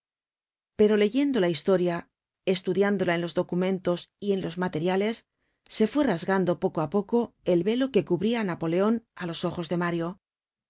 pero leyendo la historia estudiándola en los documentos y en los materiales se fue rasgando poco á poco el velo que cubria á napoleon á los ojos de mario